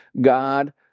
God